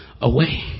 away